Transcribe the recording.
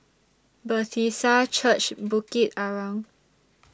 Bethesda Church Bukit Arang